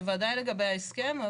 בוודאי לגבי ההסכם,